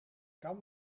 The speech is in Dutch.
kan